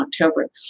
October